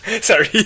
Sorry